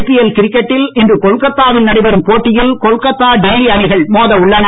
IPL கிரிக்கெட்டில் இன்று கொல்கத்தாவில் நடைபெறும் போட்டியில் கொல்கத்தா டெல்லி அணிகள் மோத உள்ளன